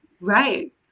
Right